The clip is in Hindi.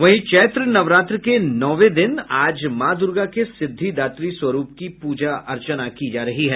वही चैत्र नवरात्र के नौवें दिन आज मां दुर्गा के सिद्धिदात्री स्वरूप की पूजा अर्चना की जा रही है